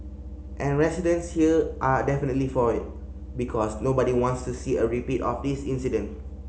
and residents here are definitely for it because nobody wants to see a repeat of this incident